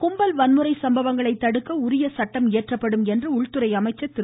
கும்பல் வன்முறை சம்பவங்களை தடுக்க உரிய சட்டம் இயற்றப்படும் என்று உள்துறை அமைச்சர் திரு